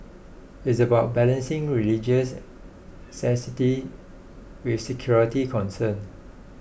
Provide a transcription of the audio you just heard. it's about balancing religious sanctity with security concerns